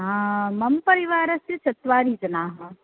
हा मम परिवारस्य चत्वारि जनाः